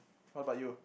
what about you